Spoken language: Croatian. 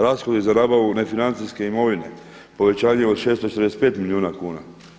Rashodi za nabavu nefinancijske imovine povećanje od 645 milijuna kuna.